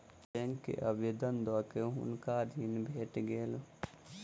bank के आवेदन दअ के हुनका ऋण भेट गेल